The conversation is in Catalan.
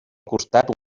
costat